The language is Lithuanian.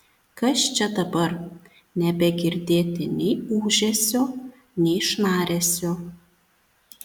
kas čia dabar nebegirdėti nei ūžesio nei šnaresio